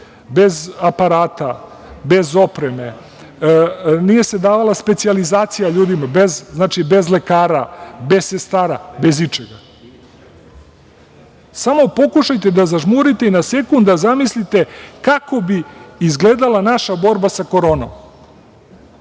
bez aparata, bez opreme. Nije se davala specijalizacija ljudima. Znači, bez lekara, bez sestara, bez ičega. Samo pokušajte da zažmurite i na sekund da zamislite kako bi izgledala naša borba sa koronom.